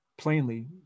Plainly